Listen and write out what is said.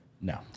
No